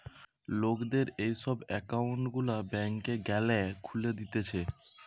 লোকদের এই সব একউন্ট গুলা ব্যাংকে গ্যালে খুলে দিতেছে